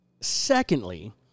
Secondly